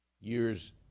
Years